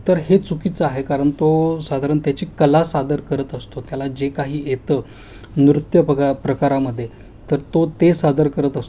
तर हे चुकीचं आहे कारण तो साधारण त्याची कला सादर करत असतो त्याला जे काही येतं नृत्य प्रका प्रकारामध्ये तर तो ते सादर करत असतो